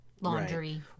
laundry